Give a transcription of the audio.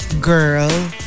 Girl